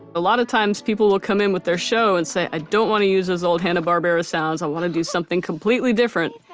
a lot of times people will come in with their show and say, i don't want to use those old hanna barbera sounds, i want to do something completely different.